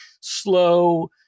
slow